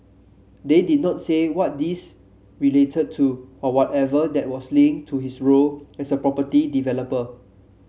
they did not say what these related to or whatever that was linked to his role as a property developer